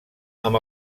amb